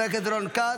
חבר הכנסת רון כץ,